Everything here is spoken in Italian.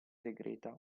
segreta